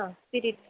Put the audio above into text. ആ പിരീഡ്സ്